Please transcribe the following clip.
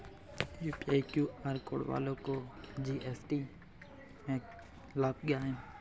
UPI QR code वालों को GST में लाभ क्या है?